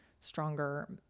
stronger